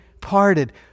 parted